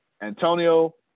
Antonio